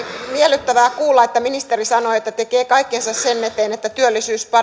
miellyttävää kuulla että ministeri sanoi että tekee kaikkensa sen eteen että työllisyys